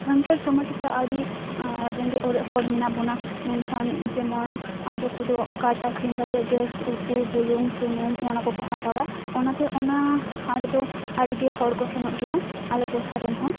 ᱥᱟᱱᱛᱟᱲ ᱥᱚᱢᱟᱡᱽ ᱨᱮᱫᱚ ᱟᱹᱰᱤ ᱨᱮᱸᱜᱮᱡᱽ ᱚᱨᱮᱡ ᱦᱚᱲ ᱢᱮᱱᱟᱜ ᱵᱚᱱᱟ ᱢᱮᱱᱠᱷᱟᱱ ᱡᱮᱢᱚᱱ ᱟᱫᱷᱮᱱ ᱠᱚᱫᱚ ᱠᱟᱴ ᱟᱠᱷᱨᱤᱧ ᱠᱟᱛᱮᱫ ᱜᱮ ᱩᱛᱩ ᱵᱩᱞᱩᱝ ᱥᱩᱱᱩᱢ ᱚᱱᱟ ᱠᱚᱠᱚ ᱦᱟᱛᱟᱣᱟ ᱚᱱᱟᱛᱮ ᱚᱱᱟ ᱦᱟᱴ ᱫᱚ ᱟᱹᱰᱤᱜᱮ ᱦᱚᱲ ᱠᱚ ᱥᱮᱱᱚᱜ ᱜᱮᱭᱟ ᱟᱞᱮ ᱴᱚᱴᱷᱟᱨᱮᱱ ᱦᱚᱸ